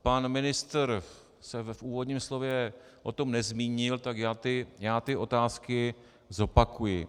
Pan ministr se v úvodním slově o tom nezmínil, tak já ty otázky zopakuji.